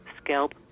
scalp